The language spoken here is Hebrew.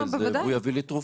והוא יביא לי תרופה.